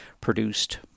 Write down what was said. produced